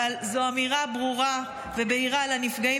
אבל זו אמירה ברורה ובהירה לנפגעים